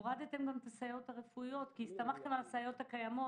הורדתם גם את הסייעות הרפואיות כי הסתמכתם על הסייעות הקיימות.